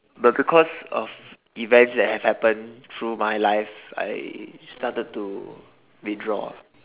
but because of events that have happen through my life I started to withdraw